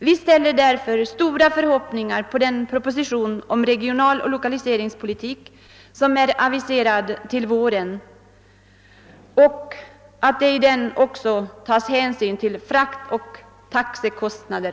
Vi ställer därför stora förhoppningar på den proposition om regionaloch lokaliseringspolitik som är aviserad till våren och väntar oss att det där också tas hänsyn till fraktoch taxekostnader.